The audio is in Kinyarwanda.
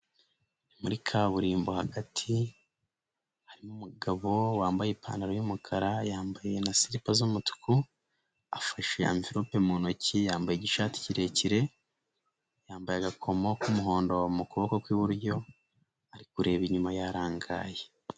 Muri kaburimbo hagati harimo umugabo wambaye ipantaro y'umukara yambaye na siripa z'umutuku, afashe amverope mu ntoki yambaye igishati kirekire, yambaye agakomo k'umuhondo mu kuboko kw'iburyo, ari kureba inyuma yarangaye.